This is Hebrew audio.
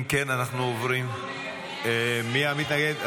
אם כן, אנחנו עוברים ------ מי המתנגד?